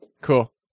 cool